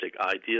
idea